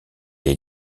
est